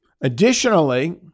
Additionally